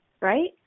right